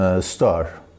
star